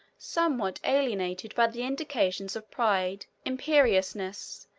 somewhat alienated by the indications of pride, imperiousness,